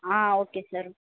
ah okay sir